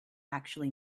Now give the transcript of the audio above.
actually